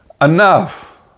Enough